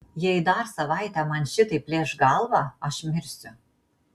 jei dar savaitę man šitaip plėš galvą aš mirsiu